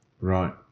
Right